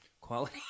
Quality